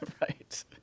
Right